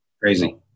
crazy